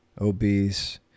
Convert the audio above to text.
obese